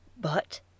But